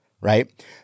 right